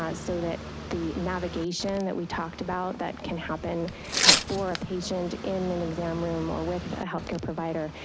so that the navigation that we talked about that can happen you know for a patient in an exam room or with a healthcare provider,